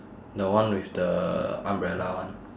the one with the umbrella [one]